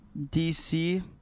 DC